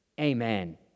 Amen